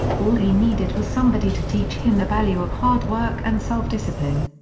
all he needed was somebody to teach him the value of hard work and self-discipline.